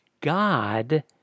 God